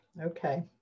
okay